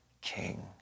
King